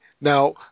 now